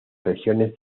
regiones